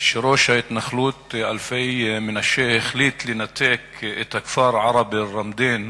שראש ההתנחלות אלפי-מנשה החליט לנתק את הכפר ערב-א-רמדין,